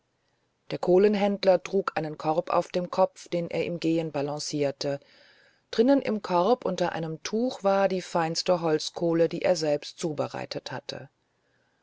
der kohlenhändler trug einen korb auf dem kopf den er im gehen balancierte drinnen im korb unter einem tuch war die feinste holzkohle die er selbst zubereitet hatte